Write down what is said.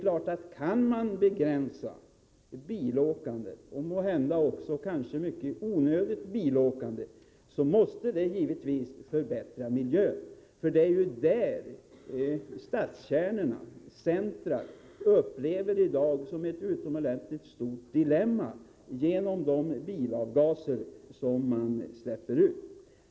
Om vi kan begränsa bilåkandet — måhända en hel del onödigt bilåkande — måste det givetvis förbättra miljön. I stadskärnor och centra upplever man det som ett utomordentligt stort dilemma med de bilavgaser som släpps ut.